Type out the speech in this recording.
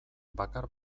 bakar